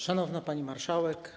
Szanowna Pani Marszałek!